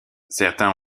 certains